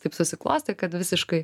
taip susiklostė kad visiškai